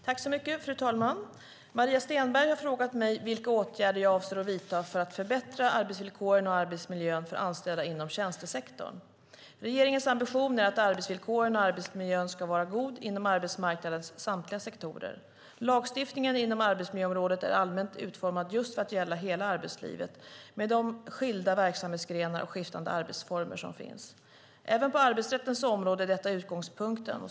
Fru talman! Maria Stenberg har frågat mig vilka åtgärder jag avser att vidta för att förbättra arbetsvillkoren och arbetsmiljön för anställda inom tjänstesektorn. Regeringens ambition är att arbetsvillkoren och arbetsmiljön ska vara goda inom arbetsmarknadens samtliga sektorer. Lagstiftningen inom arbetsmiljöområdet är allmänt utformad just för att gälla hela arbetslivet med dess skilda verksamhetsgrenar och skiftande arbetsformer. Även på arbetsrättens område är detta utgångspunkten.